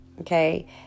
Okay